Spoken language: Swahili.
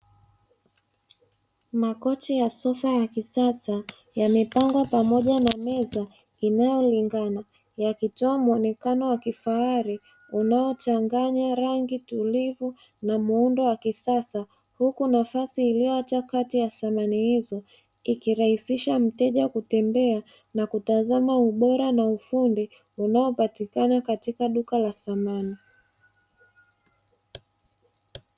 Makochi ya sofa ya kisasa, yamepangwa pamoja na meza inayolingana, yakitoa muonekano wa kifahari unaochanganya rangi tulivu na muundo wa kisasa, huku nafasi iliyoachwa kati ya samani hizo ikirahisisha mteja kutembea na kutazama ubora na ufundi unaopatikana katika duka la samani.